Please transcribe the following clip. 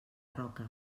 roca